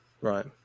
Right